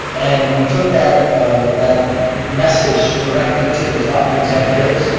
and we took that ah that message directly to the top executives,